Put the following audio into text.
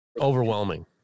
Overwhelming